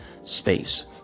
space